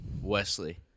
wesley